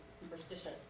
superstition